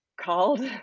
called